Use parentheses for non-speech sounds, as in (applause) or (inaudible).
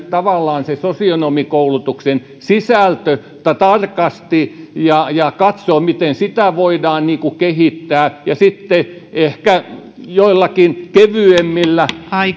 (unintelligible) tavallaan arvioida sosionomikoulutuksen sisältö tarkasti ja ja katsoa miten sitä voidaan kehittää ja sitten ehkä joillakin kevyemmillä